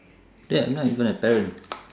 I'm not even a parent